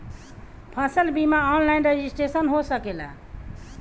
फसल बिमा online registration हो सकेला?